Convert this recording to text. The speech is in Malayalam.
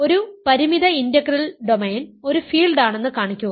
ഒരു പരിമിത ഇന്റഗ്രൽ ഡൊമെയ്ൻ ഒരു ഫീൽഡാണെന്ന് കാണിക്കുക